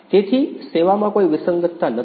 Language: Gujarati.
તેથી સેવામાં કોઈ વિસંગતતા નથી